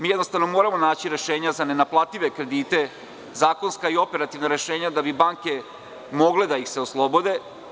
Moramo naći rešenje za nenaplative kredite, zakonska i operativna rešenja da bi banke mogle da ih se oslobode.